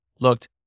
looked